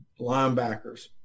linebackers